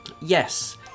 Yes